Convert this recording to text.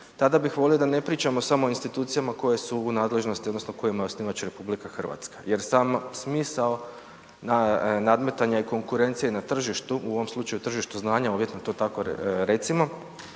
tada bih volio da ne pričamo samo o institucijama koje su u nadležnosti odnosno kojima je osnivač RH jer sami smisao nadmetanja je konkurencija i na tržištu, u ovom slučaju tržištu znanja, uvjetno to tako recimo